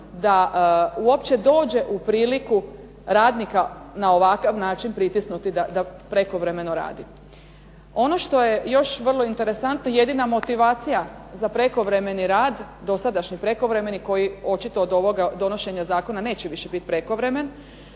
da uopće dođe u priliku radnika na ovakav način pritisnuti da prekovremeno radi. Ono što je još vrlo interesantno jedina motivacija za prekovremeni rad, dosadašnji prekovremeni koji očito od ovoga donošenja zakona neće više biti prekovremen.